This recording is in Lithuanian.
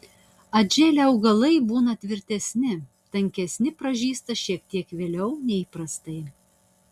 atžėlę augalai būna tvirtesni tankesni pražysta šiek tiek vėliau nei įprastai